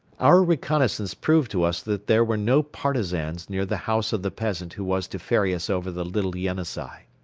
our reconnaissance proved to us that there were no partisans near the house of the peasant who was to ferry us over the little yenisei.